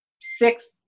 six